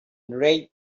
red